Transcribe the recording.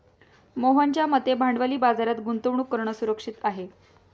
मोहनच्या मते भांडवली बाजारात गुंतवणूक करणं सुरक्षित आहे